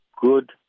good